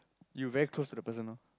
you very close to the person loh